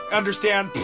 understand